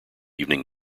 evening